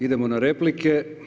Idemo na replike.